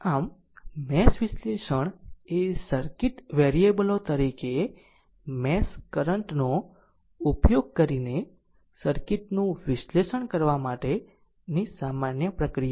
આમ મેશ વિશ્લેષણ એ સર્કિટ વેરીએબલો તરીકે મેશ કરંટ નો ઉપયોગ કરીને સર્કિટનું વિશ્લેષણ કરવા માટેની સામાન્ય પ્રક્રિયા છે